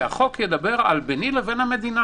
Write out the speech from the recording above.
שידבר על ביני לבין המדינה